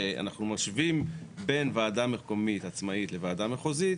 שאנחנו משווים בין וועדה מקומית עצמאית לוועדה מחוזית,